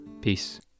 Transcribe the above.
peace